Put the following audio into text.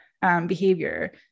behavior